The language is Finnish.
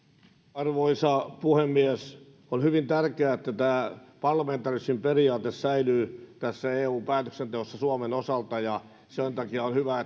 arvoisa puhemies on hyvin tärkeää että tämä parlamentarismin periaate säilyy eu päätöksenteossa suomen osalta ja sen takia on hyvä